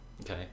Okay